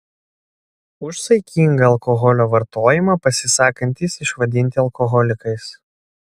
už saikingą alkoholio vartojimą pasisakantys išvadinti alkoholikais